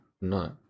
No